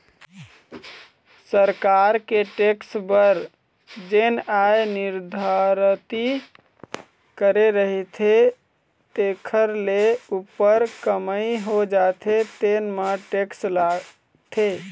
सरकार के टेक्स बर जेन आय निरधारति करे रहिथे तेखर ले उप्पर कमई हो जाथे तेन म टेक्स लागथे